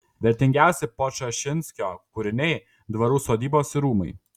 vertingiausi podčašinskio kūriniai dvarų sodybos ir rūmai